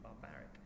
barbaric